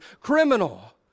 criminal